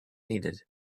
needed